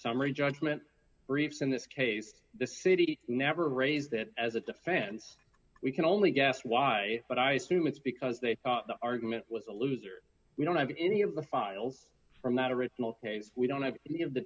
summary judgment briefs in this case the city never raised that as a defense we can only guess why but i assume it's because they thought the argument was a loser we don't have any of the files from that original case we don't have any of the